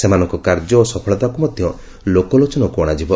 ସେମାନଙ୍କ କାର୍ଯ୍ୟ ଓ ସଫଳତାକୁ ମଧ୍ୟ ଲୋକଲୋଚନକୁ ଅଣାଯିବ